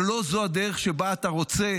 ולא זו הדרך שבה אתה רוצה